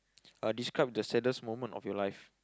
uh describe the saddest moment of your life